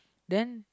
then